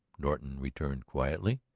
norton returned quietly.